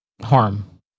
harm